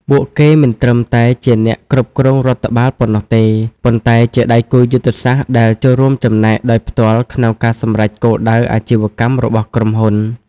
ពួកគេមិនត្រឹមតែជាអ្នកគ្រប់គ្រងរដ្ឋបាលប៉ុណ្ណោះទេ ប៉ុន្តែជាដៃគូយុទ្ធសាស្ត្រដែលចូលរួមចំណែកដោយផ្ទាល់ក្នុងការសម្រេចគោលដៅអាជីវកម្មរបស់ក្រុមហ៊ុន។